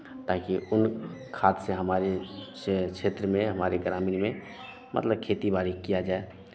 ताकि उन खाद से हमारे चे क्षेत्र में हमारे ग्रामीण में मतलब खेती बारी किया जाए